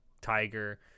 tiger